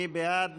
מי בעד?